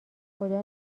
خدا